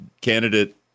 candidate